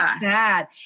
bad